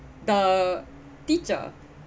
the teacher